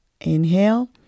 Inhale